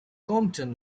compton